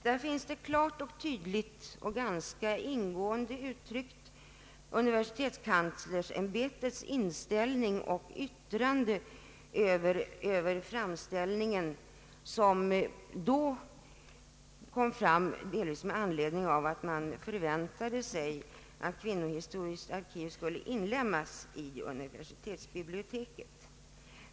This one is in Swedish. Där har universitetskanslersämbetets inställning klart och tydligt kommit till uttryck i ämbetets yttrande över framställningen, som till viss del var föranlett därav att man förväntade sig att Kvinnohistoriskt arkiv skulle inlemmas i universitetsbiblioteket.